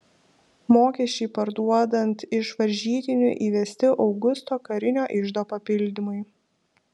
mokesčiai parduodant iš varžytinių įvesti augusto karinio iždo papildymui